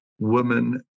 women